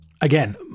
Again